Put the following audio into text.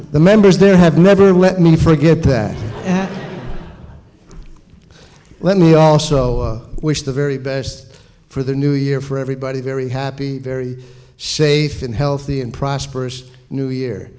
the members there have never let me forget that let me also wish the very best for the new year for everybody very happy very safe and healthy and prosperous new year